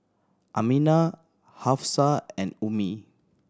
Aminah Hafsa and Ummi